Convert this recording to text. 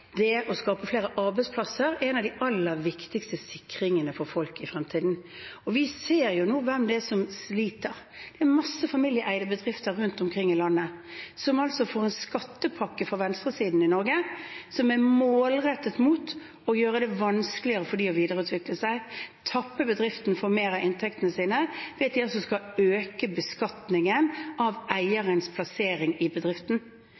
de aller viktigste sikringene for folk i fremtiden. Vi ser nå hvem det er som sliter. Masse familieeide bedrifter rundt omkring i landet får en skattepakke fra venstresiden i Norge som er målrettet mot å gjøre det vanskeligere for dem å videreutvikle seg, tappe bedriftene for mer av inntektene ved å øke beskatningen av eierens plassering i bedriften.